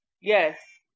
Yes